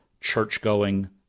church-going